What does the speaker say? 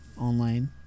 online